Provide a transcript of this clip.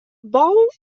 vol